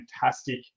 fantastic